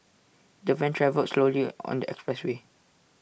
the van travelled slowly on the expressway